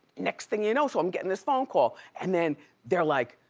next thing you know, so i'm getting this phone call. and then they're like,